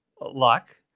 luck